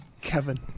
Kevin